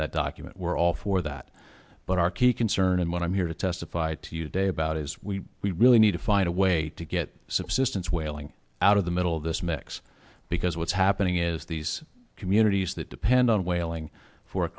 that document we're all for that but our key concern and when i'm here to testify to you day about is we we really need to find a way to get subsistence whaling out of the middle of this mix because what's happening is these communities that depend on whaling for a